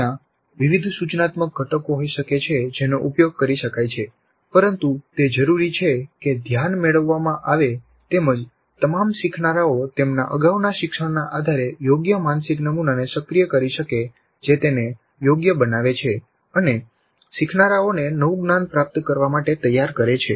ત્યાં વિવિધ સૂચનાત્મક ઘટકો હોઈ શકે છે જેનો ઉપયોગ કરી શકાય છે પરંતુ તે જરૂરી છે કે ધ્યાન મેળવવામાં આવે તેમજ તમામ શીખનારાઓ તેમના અગાઉના શિક્ષણના આધારે યોગ્ય માનસિક નમુનાને સક્રિય કરી શકે જે તેને યોગ્ય બનાવે છે અને શીખનારાઓને નવું જ્ઞાન પ્રાપ્ત કરવા માટે તૈયાર કરે છે